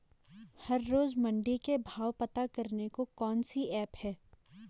हर रोज़ मंडी के भाव पता करने को कौन सी ऐप है?